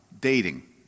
dating